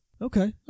Okay